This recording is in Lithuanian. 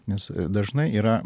nes dažnai yra